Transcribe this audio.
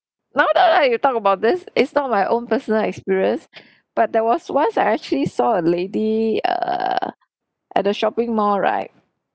now that uh you talk about this is not my own personal experience but there was once I actually saw a lady err at a shopping mall right